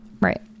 right